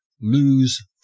lose